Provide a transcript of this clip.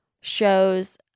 shows